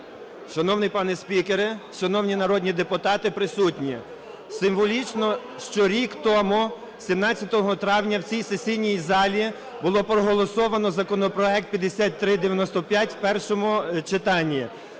Шановний пане спікере, шановні народні депутати, присутні! Символічно ще рік тому, 17 травня, в цій сесійній залі було проголосовано законопроект 5395 в першому читанні.